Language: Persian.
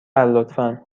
لطفا